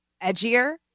edgier